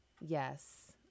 Yes